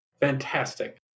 Fantastic